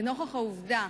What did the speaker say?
ולנוכח העובדה